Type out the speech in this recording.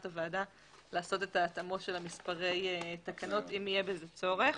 הוועדה לעשות את ההתאמות של מספרי התקנות אם יהיה בזה צורך.